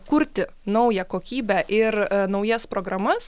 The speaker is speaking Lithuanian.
kurti naują kokybę ir naujas programas